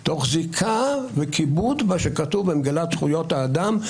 תוך זיקה וכיבוד למה שכתוב במגילת זכויות האדם.